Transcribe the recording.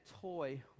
toy